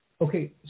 Okay